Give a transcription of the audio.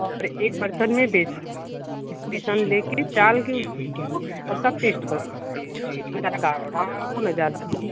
और एक बर्तन में बेसन लेके चाल के उसको और उसका पेस्ट बना दीजिए न ज्यादा गाढ़ा हो ना ज्यादा पतला